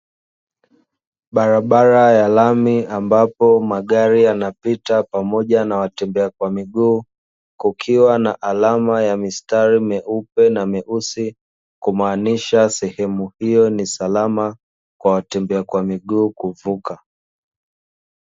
Barabara ya rami ambapo magari yanapita pamoja na watembea kwa miguu kukiwa na alama ya mistari mieupe na mieusi, kumaanisha sehemu hiyo ni salama kwa watembea kwa miguu kuvuka.